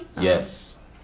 Yes